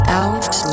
out